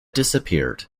disappeared